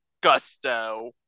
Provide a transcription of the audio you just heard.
Gusto